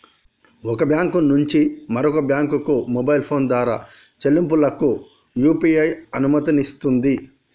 ఒక బ్యాంకు నుంచి మరొక బ్యాంకుకు మొబైల్ ఫోన్ ద్వారా చెల్లింపులకు యూ.పీ.ఐ అనుమతినిస్తుంది